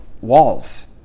walls